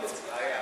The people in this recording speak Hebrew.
בדישו.